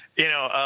you know,